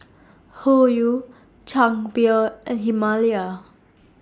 Hoyu Chang Beer and Himalaya